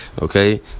okay